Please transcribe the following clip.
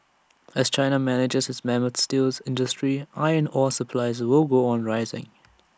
as China manages its mammoth steels industry iron ore supplies will go on rising